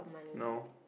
no